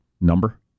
number